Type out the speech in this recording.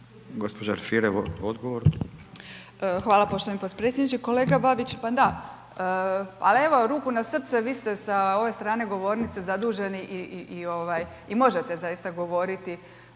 Marija (SDP)** Hvala poštovani potpredsjedniče. Kolega Babić, pa da, ali evo ruku na srce, vi ste sa ove strane govornice zaduženi i možete zaista govoriti